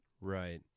right